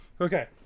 Okay